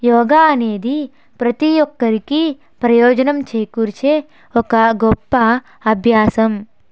యోగ అనేది ప్రతి ఒక్కరికి ప్రయోజనం చేకూర్చే ఒక గొప్ప అభ్యాసం